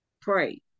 Pray